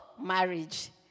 marriage